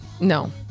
No